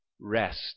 rest